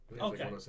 Okay